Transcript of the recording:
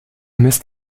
mist